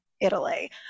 Italy